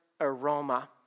aroma